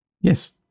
Yes